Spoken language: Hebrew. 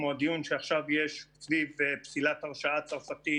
כמו הדיון שעכשיו יש אצלי בפסילת הרשעה צרפתית